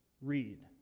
read